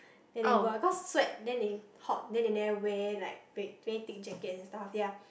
then they go out cause sweat then they hot then they never wear like very very big jacket and stuff ya